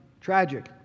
tragic